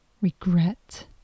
regret